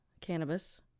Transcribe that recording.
cannabis